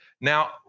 Now